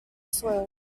soil